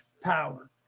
power